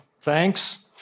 thanks